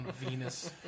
Venus